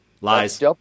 Lies